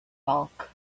bulk